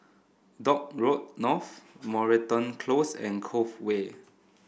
Dock Road North Moreton Close and Cove Way